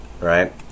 right